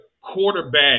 quarterback